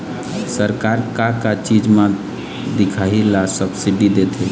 सरकार का का चीज म दिखाही ला सब्सिडी देथे?